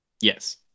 yes